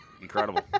Incredible